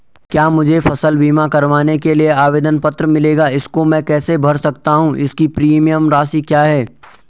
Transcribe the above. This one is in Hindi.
क्या मुझे फसल बीमा करवाने के लिए आवेदन पत्र मिलेगा इसको मैं कैसे भर सकता हूँ इसकी प्रीमियम राशि क्या है?